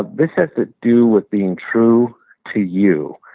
ah this has to do with being true to you.